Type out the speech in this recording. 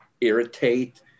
irritate